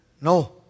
No